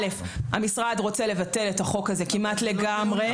המשרד רוצה לבטל את החוק הזה כמעט לגמרי,